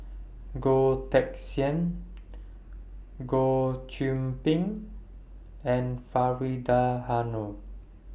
Goh Teck Sian Goh Qiu Bin and Faridah Hanum